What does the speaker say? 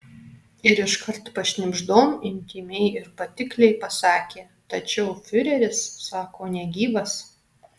ir iškart pašnibždom intymiai ir patikliai pasakė tačiau fiureris sako negyvas